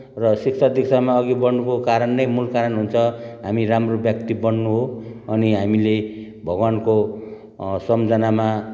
र शिक्षा दीक्षामा अघि बढ्नुको कारण नै मूल कारण हुन्छ हामी राम्रो व्यक्ति बन्नु हो अनि हामीले भगवान्को सम्झनामा